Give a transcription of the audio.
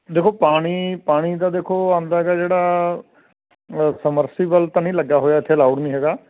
ਦੇਖੋ ਪਾਣੀ ਪਾਣੀ ਦਾ ਦੇਖੋ ਆਉਂਦਾ ਹੈਗਾ ਜਿਹੜਾ ਸਮਰਸੀਬਲ ਤਾਂ ਨਹੀਂ ਲੱਗਿਆ ਹੋਇਆ ਇੱਥੇ ਅਲਾਊਡ ਨਹੀਂ ਹੈਗਾ